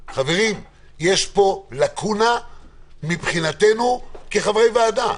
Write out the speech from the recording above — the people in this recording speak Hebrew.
חברים, יש פה לקונה מבחינתנו כחברי ועדה.